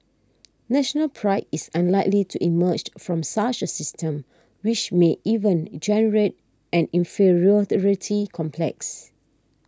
National Pride is unlikely to emerged from such a system which may even generate an inferiority complex